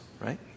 right